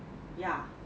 ya